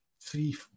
three